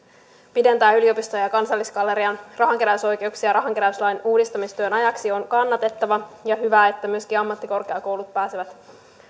pidentää yliopistojen ja kansallisgallerian rahankeräysoikeuksia rahankeräyslain uudistamistyön ajaksi on kannatettava ja on hyvä että myöskin ammattikorkeakoulut pääsevät